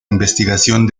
investigación